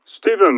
Stephen